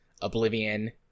Oblivion